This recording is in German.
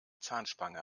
zahnspange